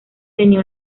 tenía